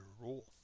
rule